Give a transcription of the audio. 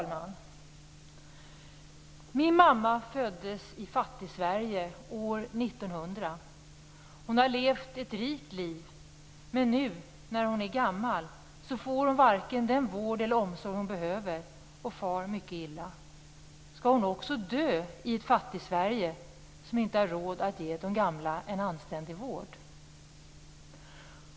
Fru talman! Min mamma föddes i Fattigsverige år 1900. Hon har levt ett rikt liv, men nu när hon är gammal får hon varken den vård eller omsorg hon behöver och far mycket illa. Skall hon också dö i ett Fattigsverige som inte har råd att ge de gamla en anständig vård?